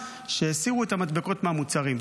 הוא שהסירו את המדבקות מהמוצרים.